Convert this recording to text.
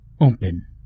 open